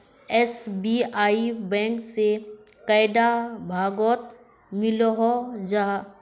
SBI bank से कैडा भागोत मिलोहो जाहा?